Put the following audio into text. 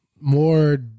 More